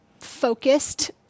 focused